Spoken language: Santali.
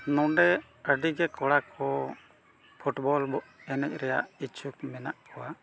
ᱱᱚᱸᱰᱮ ᱟᱹᱰᱤᱜᱮ ᱠᱚᱲᱟ ᱠᱚ ᱯᱷᱩᱴᱵᱚᱞ ᱮᱱᱮᱡ ᱨᱮᱱᱟᱜ ᱤᱪᱪᱷᱩᱠ ᱢᱮᱱᱟᱜ ᱠᱚᱣᱟ